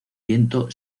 viento